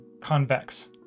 Convex